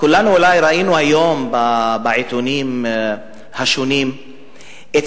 כולנו אולי ראינו היום בעיתונים השונים את